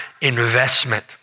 investment